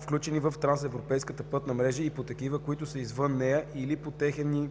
включени в трансевропейската пътна мрежа, и по такива, които са извън нея, или по техни